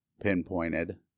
pinpointed